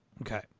Okay